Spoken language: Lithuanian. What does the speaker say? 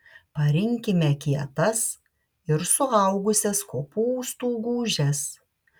parinkime kietas ir suaugusias kopūstų gūžes